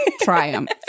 triumph